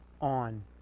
on